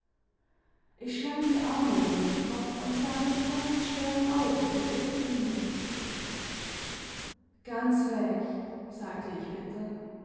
ich schlang die arme um den kopf und sah mit tränenschweren augen zur decke hinauf ganz recht sagte ich bitter